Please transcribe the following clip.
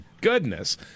goodness